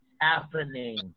happening